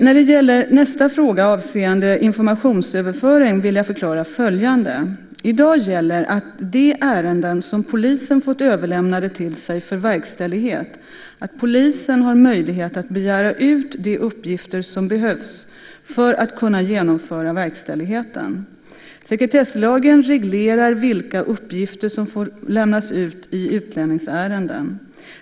När det gäller nästa fråga avseende informationsöverföring vill jag förklara följande. I dag gäller i de ärenden som polisen fått överlämnade till sig för verkställighet att polisen har möjlighet att begära ut de uppgifter som behövs för att kunna genomföra verkställigheten. Sekretesslagen reglerar vilka uppgifter som får lämnas ut i utlänningsärenden.